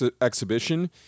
exhibition